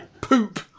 Poop